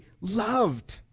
loved